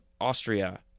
austria